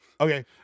Okay